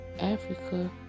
Africa